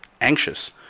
anxious